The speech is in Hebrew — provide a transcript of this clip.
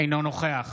אינו נוכח